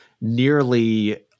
nearly